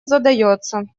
задается